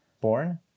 born